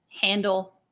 handle